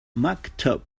maktub